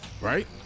right